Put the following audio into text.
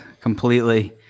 completely